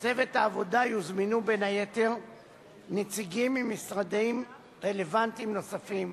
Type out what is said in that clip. צוות העבודה יוזמנו בין היתר נציגים ממשרדים רלוונטיים נוספים,